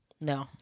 No